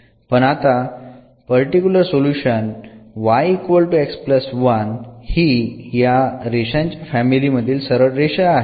पण आता particular solution हि या रेषांच्या फॅमिली मधील सरळ रेषा आहे